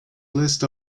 list